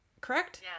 correct